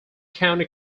county